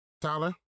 Tyler